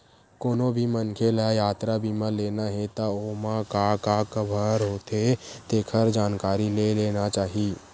कोनो भी मनखे ल यातरा बीमा लेना हे त ओमा का का कभर होथे तेखर जानकारी ले लेना चाही